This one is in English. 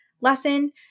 lesson